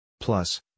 Plus